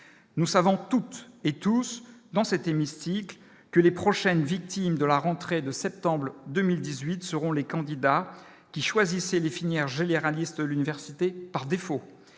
nous savons toutes et tous dans cet hémicycle que les prochaines victimes de la rentrée de septembre, le 2018 seront les candidats qui choisissent définir généraliste l'université par défaut